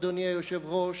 אדוני היושב-ראש: